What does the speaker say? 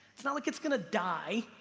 it's not like it's gonna die,